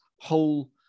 whole